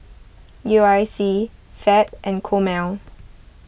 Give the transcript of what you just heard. U I C Fab and Chomel